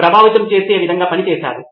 ప్రభావితం చేసే విధంగా పనిచేశారు